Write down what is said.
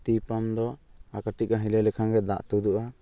ᱛᱤ ᱯᱟᱢ ᱫᱚ ᱟᱨ ᱠᱟᱹᱴᱤᱡ ᱜᱟᱱ ᱦᱤᱞᱟᱹᱣ ᱞᱮᱠᱷᱟᱱ ᱜᱮ ᱫᱟᱜ ᱛᱩᱫᱩᱜᱼᱟ